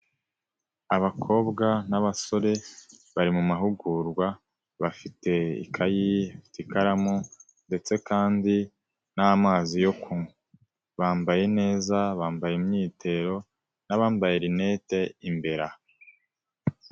Abakobwa n'abasore bari mu mahugurwa, bafite ikayi, ikaramu ndetse kandi n'amazi yo kunywa, bambaye neza, bambaye imyitero n'abambaye rinete imbere aho.